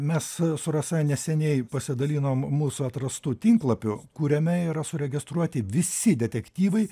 mes su rasa neseniai pasidalinom mūsų atrastu tinklapiu kuriame yra suregistruoti visi detektyvai